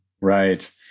Right